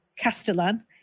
Castellan